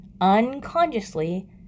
unconsciously